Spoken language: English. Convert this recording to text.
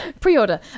pre-order